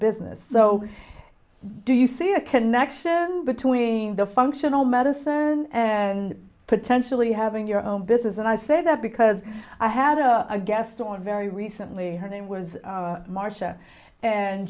business so do you see a connection between the functional medicine and potentially having your own business and i say that because i had a guest on very recently her name was marcia and